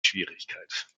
schwierigkeit